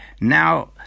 Now